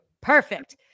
perfect